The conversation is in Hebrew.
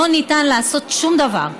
לא ניתן לעשות שום דבר.